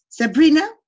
Sabrina